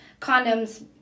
condoms